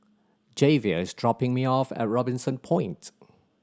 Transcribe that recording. Javier is dropping me off at Robinson Point